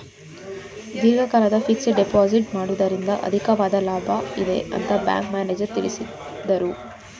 ದೀರ್ಘಕಾಲದ fixed deposit ಮಾಡುವುದರಿಂದ ಅಧಿಕವಾದ ಲಾಭ ಇದೆ ಅಂತ ಬ್ಯಾಂಕ್ ಮ್ಯಾನೇಜರ್ ತಿಳಿಸಿದರು